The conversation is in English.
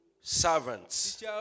servants